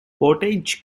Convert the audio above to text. portage